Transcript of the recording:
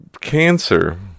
cancer